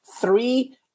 three